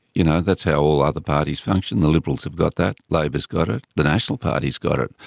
you know that's how all other parties function. the liberals have got that. labor's got it. the national party's got it.